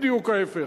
בדיוק ההיפך,